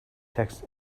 text